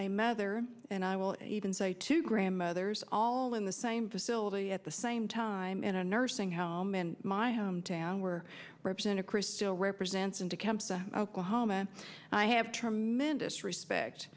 a mother and i will even say two grandmothers all in the same facility at the same time in a nursing home in my home town were represented crystal represents into kemp's oklahoma and i have tremendous respect